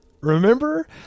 remember